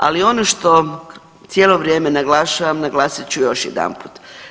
Ali ono što cijelo vrijeme naglašavam naglasit ću još jedanput.